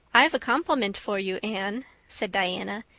i've a compliment for you, anne, said diana.